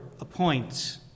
appoints